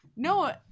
No